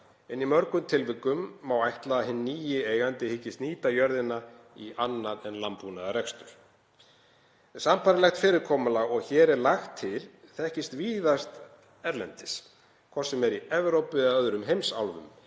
en í mörgum tilvikum má ætla að hinn nýi eigandi hyggist nýta jörðina til annars en landbúnaðarreksturs. Sambærilegt fyrirkomulag og hér er lagt til þekkist víðs vegar erlendis, hvort sem er í Evrópu eða öðrum heimsálfum.